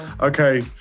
Okay